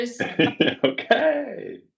Okay